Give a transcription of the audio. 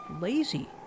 lazy